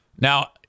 Now